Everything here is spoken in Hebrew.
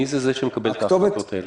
מי זה שמקבל את ההחלטות האלה?